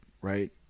right